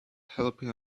helping